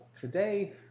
today